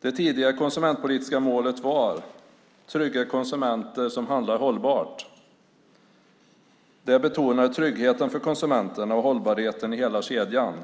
Det tidigare konsumentpolitiska målet var trygga konsumenter som handlar hållbart. Det betonar tryggheten för konsumenten och hållbarheten i hela kedjan.